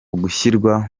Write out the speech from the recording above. gushyirwa